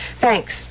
Thanks